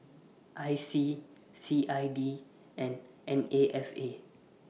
I C C I D and N A F A